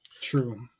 True